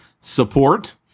support